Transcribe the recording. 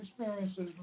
experiences